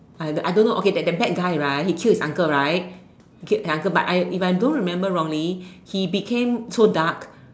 I I don't know that bad guy right he killed his uncle right okay uncle but I if I don't remember wrongly he because so dark